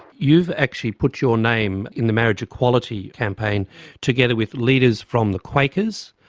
you've actually put your name in the marriage equality campaign together with leaders from the quakers,